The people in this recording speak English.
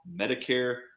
medicare